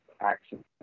action